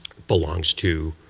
belongs to,